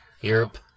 Europe